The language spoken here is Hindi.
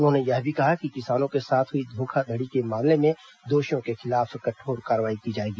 उन्होंने यह भी कहा कि किसानों के साथ हुई धोखाधड़ी के मामले में दोषियों के खिलाफ कठोर कार्रवाई की जाएगी